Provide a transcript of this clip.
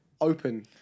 open